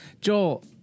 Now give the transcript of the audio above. Joel